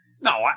No